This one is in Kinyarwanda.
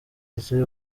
ndetse